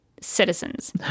citizens